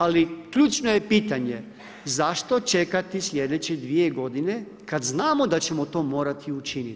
Ali, ključno je pitanje zašto čekati slijedeće dvije godine kad znamo da ćemo to morati učiniti.